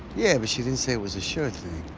yeah, but she didn't say it was a sure thing.